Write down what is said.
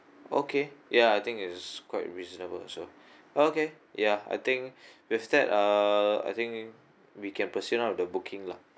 okay ya I think it's quite reasonable also okay ya I think with that uh I think we can proceed now with the booking lah